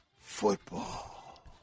Football